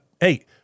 Hey